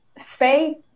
faith